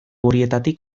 horietatik